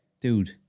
Dude